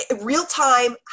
real-time